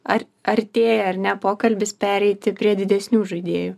ar artėja ar ne pokalbis pereiti prie didesnių žaidėjų